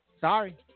Sorry